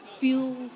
Feels